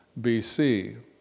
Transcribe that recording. BC